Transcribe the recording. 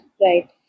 right